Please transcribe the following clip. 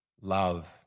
love